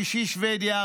שישי שבדיה,